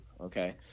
Okay